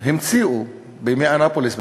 המציאו בימי אנאפוליס,